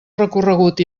recorregut